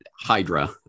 hydra